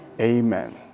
Amen